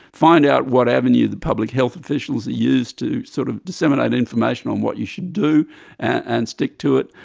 find out what avenue the public health officials used to sort of disseminate information on what you should do and stick to it.